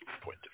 point